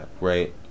right